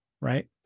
right